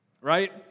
Right